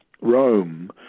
Rome